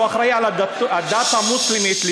שהוא אחראי לדת המוסלמית,